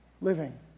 living